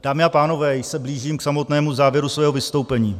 Dámy a pánové, již se blížím k samotnému závěru svého vystoupení.